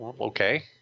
Okay